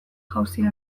jauzia